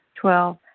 Twelve